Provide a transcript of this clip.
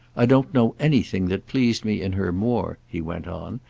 i don't know anything that pleased me in her more, he went on,